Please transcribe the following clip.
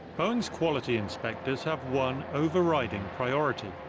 boeing's quality inspectors have one overriding priority,